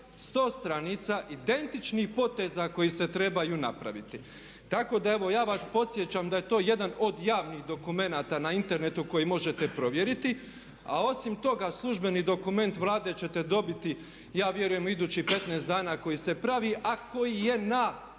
100 stranica identičnih poteza koji se trebaju napraviti. Tako da evo ja vas podsjećam da je to jedan od javnih dokumenata na internetu koji možete provjeriti. A osim toga službeni dokument Vlade ćete dobiti ja vjerujem u idućih 15 dana koji se pravi, a koji je na